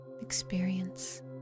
experience